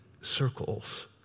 circles